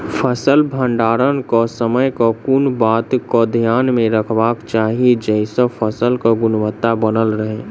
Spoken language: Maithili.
फसल भण्डारण केँ समय केँ कुन बात कऽ ध्यान मे रखबाक चाहि जयसँ फसल केँ गुणवता बनल रहै?